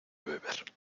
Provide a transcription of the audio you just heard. beber